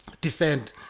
defend